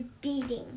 beating